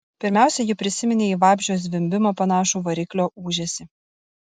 pirmiausia ji prisiminė į vabzdžio zvimbimą panašų variklio ūžesį